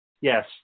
Yes